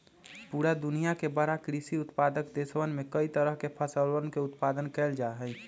पूरा दुनिया के बड़ा कृषि उत्पादक देशवन में कई तरह के फसलवन के उत्पादन कइल जाहई